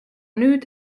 nüüd